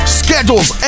schedules